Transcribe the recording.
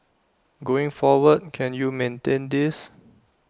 going forward can you maintain this